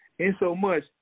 insomuch